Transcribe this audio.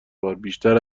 بار، بیشتر